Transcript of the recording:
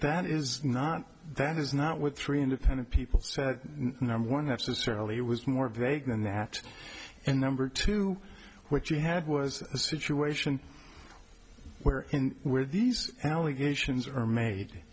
that is not that is not with three independent people said number one necessarily it was more vague than that and number two what you had was a situation where where these allegations are made